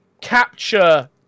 capture